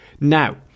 Now